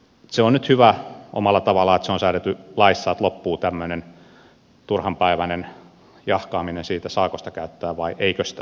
se on nyt omalla tavallaan hyvä että se on säädetty laissa että loppuu tämmöinen turhanpäiväinen jahkaaminen siitä saako sitä käyttää vai eikö sitä saa käyttää